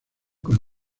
con